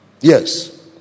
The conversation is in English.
Yes